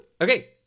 Okay